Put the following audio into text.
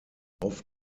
auf